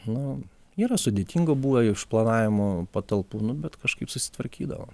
nu yra sudėtingų buvę išplanavimų patalpų nu bet kažkaip susitvarkydavom